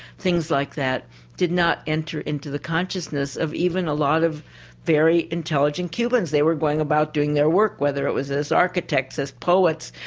things like that did not enter into the consciousness of even a lot of very intelligent cubans. they were going about doing their work, whether it was as architects, as poets,